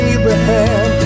Abraham